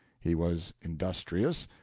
he was industrious,